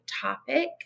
topic